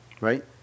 right